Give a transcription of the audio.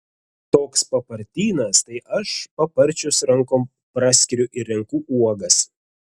toks papartynas tai aš paparčius rankom praskiriu ir renku uogas